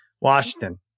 Washington